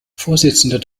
vorsitzender